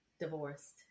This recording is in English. divorced